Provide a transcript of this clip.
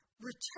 Return